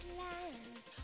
lands